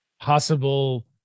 possible